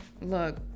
Look